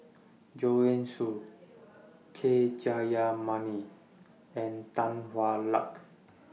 Joanne Soo K Jayamani and Tan Hwa Luck